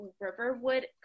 Riverwood